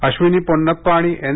अश्विनी पोन्नप्पा आणि एन